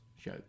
show